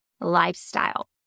lifestyle